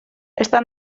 està